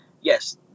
yes